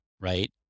right